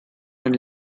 von